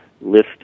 list